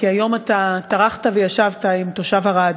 כי אתה טרחת היום וישבת עם תושב ערד,